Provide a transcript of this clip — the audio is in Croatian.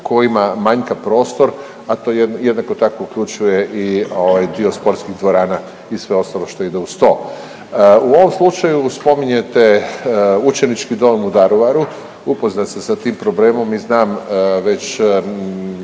kojima manjka prostor, a to jednako tako uključuje i ovaj dio sportskih dvorana i sve ostalo što ide uz to. U ovom slučaju spominjete učenički dom u Daruvaru, upoznat sam sa tim problemom i znam već